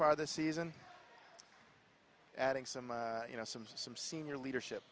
far this season adding some you know some some senior leadership